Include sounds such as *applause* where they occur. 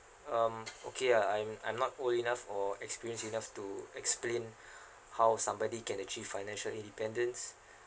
um okay ah I'm I'm not old enough or experienced enough to explain *breath* how somebody can achieve financial independence